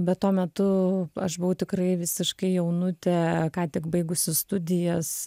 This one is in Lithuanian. bet tuo metu aš buvau tikrai visiškai jaunutė ką tik baigusi studijas